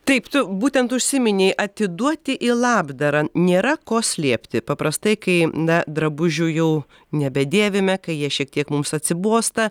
taip tu būtent užsiminei atiduoti į labdarą nėra ko slėpti paprastai kai na drabužių jų nebedėvime kai jie šiek tiek mums atsibosta